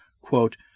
Quote